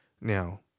Now